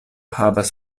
havas